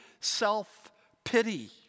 self-pity